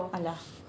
!alah!